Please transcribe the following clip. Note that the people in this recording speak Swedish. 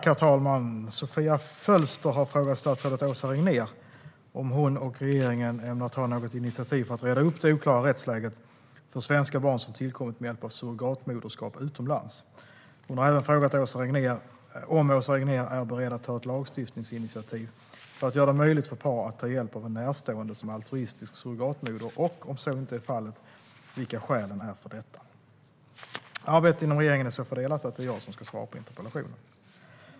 Herr talman! Sofia Fölster har frågat statsrådet Åsa Regnér om hon och regeringen ämnar ta något initiativ för att reda upp det oklara rättsläget för svenska barn som tillkommit med hjälp av surrogatmoderskap utomlands. Hon har även frågat om Åsa Regnér är beredd att ta ett lagstiftningsinitiativ för att göra det möjligt för par att ta hjälp av en närstående som altruistisk surrogatmoder och, om så inte är fallet, vilka skälen är för detta. Arbetet inom regeringen är så fördelat att det är jag som ska svara på interpellationen.